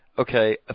okay